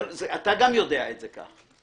אתה גם יודע את זה כך.